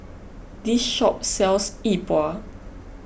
this shop sells Yi Bua